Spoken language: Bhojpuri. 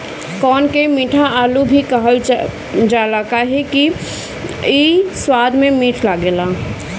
कोन के मीठा आलू भी कहल जाला काहे से कि इ स्वाद में मीठ लागेला